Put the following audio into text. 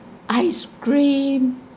ice cream